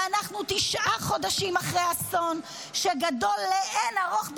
ואנחנו תשעה חודשים אחרי אסון גדול שגדול לאין ערוך,